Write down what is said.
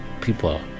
people